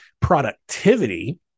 productivity